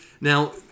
Now